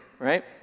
right